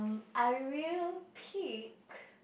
I will pick